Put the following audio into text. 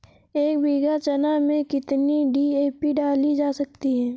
एक बीघा चना में कितनी डी.ए.पी डाली जा सकती है?